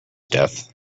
death